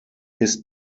his